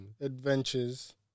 adventures